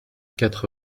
quatre